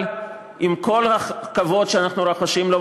אבל עם כל הכבוד שאנחנו רוחשים לו,